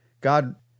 God